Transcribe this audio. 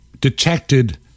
detected